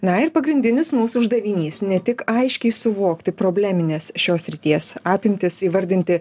na ir pagrindinis mūsų uždavinys ne tik aiškiai suvokti problemines šios srities apimtis įvardinti